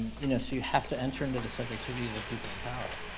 and you know, so you have to enter into the subjectivity of the people in power.